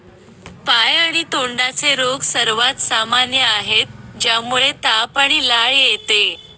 पाय आणि तोंडाचे रोग सर्वात सामान्य आहेत, ज्यामुळे ताप आणि लाळ येते